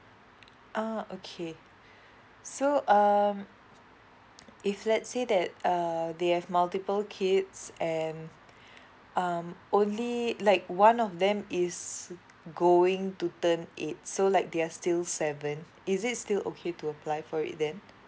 uh okay so um if let's say that uh they have multiple kids and um only like one of them is going to turn eight so like they're still seven is it still okay to apply for it then